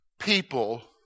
people